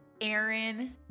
Aaron